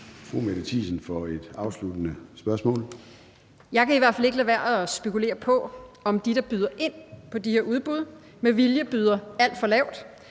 Fru Mette Thiesen for et afsluttende spørgsmål. Kl. 13:45 Mette Thiesen (DF): Jeg kan i hvert fald ikke lade være at spekulere på, om de, der byder ind på de her udbud, med vilje byder alt for lavt,